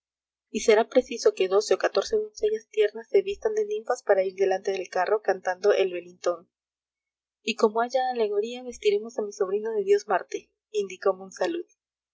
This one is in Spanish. y será preciso que doce o catorce doncellas tiernas se vistan de ninfas para ir delante del carro cantando el velintón y como haya alegoría vestiremos a mi sobrino de dios marte indicó